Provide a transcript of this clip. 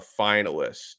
finalist